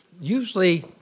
usually